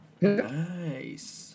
Nice